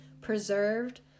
preserved